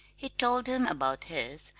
he told them about his,